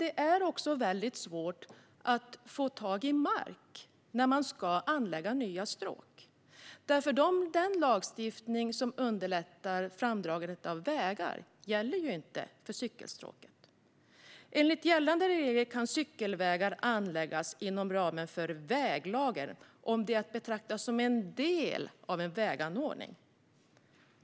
Det är också väldigt svårt att få tag i mark när man ska anlägga nya stråk - den lagstiftning som underlättar framdragandet av vägar gäller nämligen inte för cykelstråk. Enligt gällande regler kan cykelvägar anläggas inom ramen för väglagen om de är att betrakta som en del av en väganordning.